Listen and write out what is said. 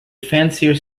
fancier